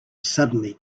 suddenly